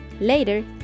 Later